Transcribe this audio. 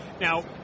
Now